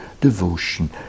devotion